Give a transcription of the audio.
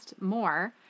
more